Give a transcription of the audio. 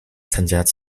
参加